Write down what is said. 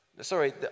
Sorry